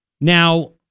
Now